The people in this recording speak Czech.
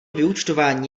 vyúčtování